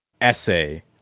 essay